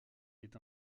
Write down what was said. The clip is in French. est